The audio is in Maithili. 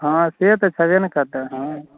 हँ से तऽ छैबे ने करतै हँ